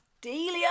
Delia